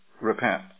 repent